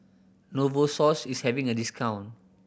Novosource is having a discount